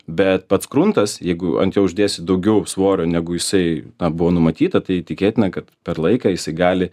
bet pats gruntas jeigu ant jo uždėsi daugiau svorio negu jisai na buvo numatyta tai tikėtina kad per laiką jisai gali